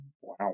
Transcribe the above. Wow